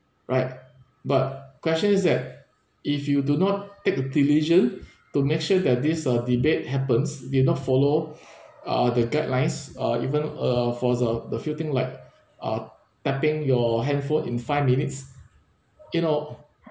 right but question is that if you do not take the diligent to make sure that this uh debate happens did not follow uh the guidelines uh even uh for the the few thing like uh cutting your handphone in five minutes you know